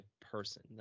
person